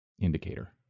indicator